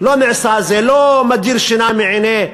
זה לא מדיר שינה מעיני,